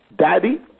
Daddy